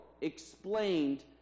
explained